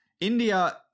India